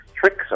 tricks